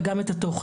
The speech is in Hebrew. וגם את התוכן.